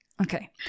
Okay